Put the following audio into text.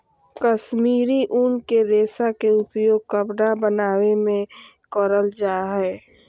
कश्मीरी उन के रेशा के उपयोग कपड़ा बनावे मे करल जा हय